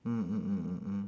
mm mm mm mm mm